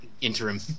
interim